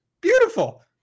beautiful